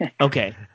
Okay